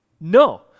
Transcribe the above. No